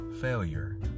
failure